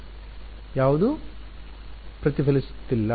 ವಿದ್ಯಾರ್ಥಿ ಯಾವುದೂ ಪ್ರತಿಫಲಿಸುತ್ತಿಲ್ಲ